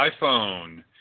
iPhone